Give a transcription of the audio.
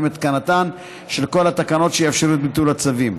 את התקנתן של כל התקנות שיאפשרו את ביטול הצווים.